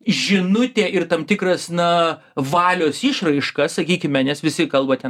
žinutė ir tam tikras na valios išraiška sakykime nes visi kalba ten